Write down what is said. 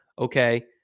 okay